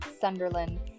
Sunderland